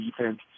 defense